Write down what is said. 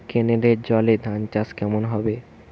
কেনেলের জলে ধানচাষ কেমন হবে?